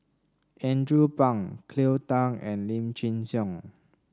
Andrew Phang Cleo Thang and Lim Chin Siong